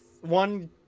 one